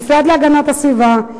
המשרד להגנת הסביבה,